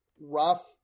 rough